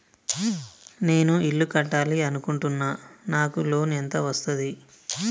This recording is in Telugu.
నేను ఇల్లు కట్టాలి అనుకుంటున్నా? నాకు లోన్ ఎంత వస్తది?